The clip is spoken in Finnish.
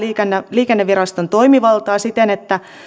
liikenneviraston toimivaltaa siten että